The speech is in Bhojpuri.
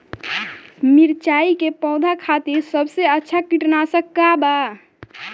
मिरचाई के पौधा खातिर सबसे अच्छा कीटनाशक का बा?